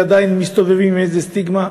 ועדיין מסתובבים עם איזה סטיגמה,